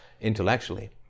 intellectually